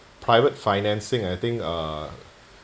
private financing I think uh